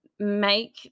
Make